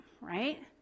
right